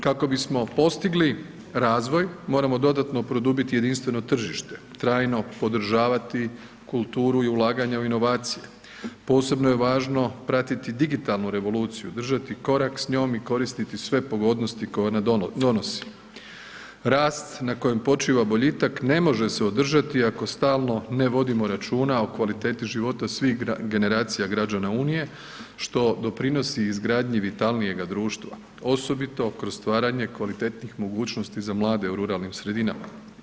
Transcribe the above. Kako bismo postigli razvoj, moramo dodatno produbiti jedinstveno tržište, trajno podržavati kulturu i ulaganja u inovacije, posebno je važno pratiti digitalnu revoluciju, držati korak s njom i koristiti sve pogodnosti koje ona donosi, rast na kojem počiva boljitak ne može se održati ako stalno ne vodimo računa o kvaliteti života svih generacija građana Unije, što doprinosi izgradnji vitalnijega društva osobito kroz stvaranje kvalitetnih mogućnosti za mlade u ruralnim sredinama.